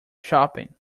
shopping